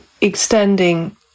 extending